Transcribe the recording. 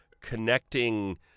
connecting